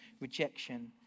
rejection